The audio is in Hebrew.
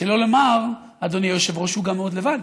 שלא לומר, אדוני היושב-ראש, שהוא גם מאוד לבד,